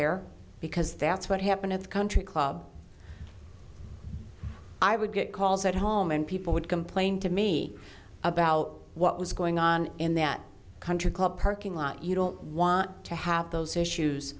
there because that's what happened in the country club i would get calls at home and people would complain to me about what was going on in that country club parking lot you don't want to have those issues